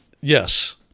Yes